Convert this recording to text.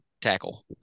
tackle